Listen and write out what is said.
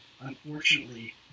unfortunately